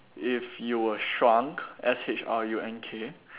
if you were shrunk S H R U N K